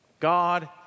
God